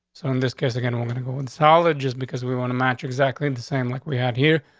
so in this case again, we're gonna go with colleges because we want to match exactly the same. like we had here.